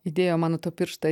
įdėjo mano tą pirštą